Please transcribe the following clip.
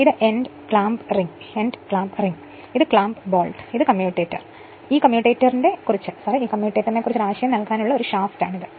ഇത് end clamp ring ആണ് ഇത് ക്ലാമ്പ് ബോൾട്ടാണ് ഈ കമ്മ്യൂട്ടേറ്ററിനെ കുറിച്ച് ഒരു ആശയം നൽകാനുള്ള ഒരു ഷാഫ്റ്റാണിത്